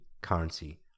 Currency